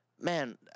man